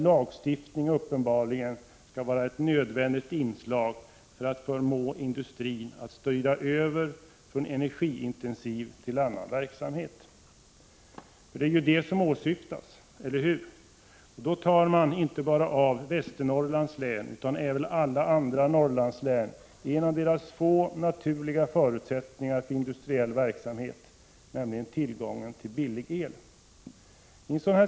lagstiftning uppenbarligen skall vara ett nödvändigt inslag för att förmå industrin att styra över från energiintensiv till annan verksamhet? För det är ju det som åsyftas, eller hur? Då fråntar man inte bara Västernorrlands län utan även alla andra Norrlandslän en av dessa läns naturliga förutsättningar för industriell verksamhet, nämligen tillgången till billig el.